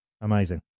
Amazing